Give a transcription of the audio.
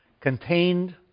contained